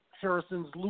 Harrison's